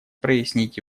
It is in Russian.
прояснить